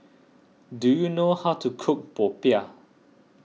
do you know how to cook Popiah